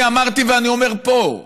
אני אמרתי ואני אומר פה: